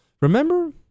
Remember